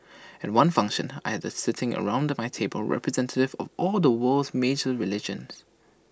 at one function I had sitting around my table representatives of all the world's major religions